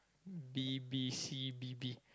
b_b_c B B